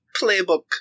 playbook